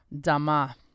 Dama